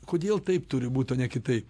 kodėl taip turi būt o ne kitaip